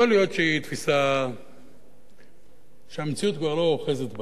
יכול להיות שהיא תפיסה שהמציאות כבר לא אוחזת בה.